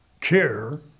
Care